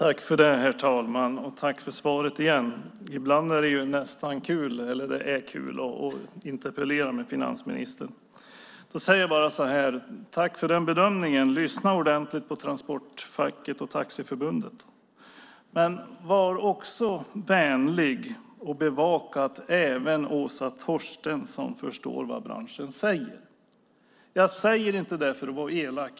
Herr talman! Tack för svaret igen. Ibland är det kul att debattera med finansministern. Tack för den bedömningen. Lyssna ordentligt på transportfacken och Taxiförbundet. Var också vänlig och bevaka att även Åsa Torstensson förstår vad branschen säger. Jag säger inte det för att vara elak.